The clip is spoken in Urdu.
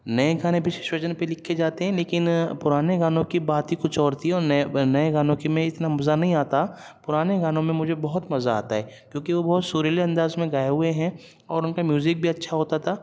نئے گانے بھی سچویشن پہ لکھے جاتے ہیں لیکن پرانے گانوں کی بات ہی کچھ اور تھی اور نئے نئے گانوں کی میں اتنا مزا نہیں آتا پرانے گانوں میں مجھے بہت مزا آتا ہے کیونکہ وہ بہت سریلے انداز میں گائے ہوئے ہیں اور ان کا میوزک بھی اچھا ہوتا تھا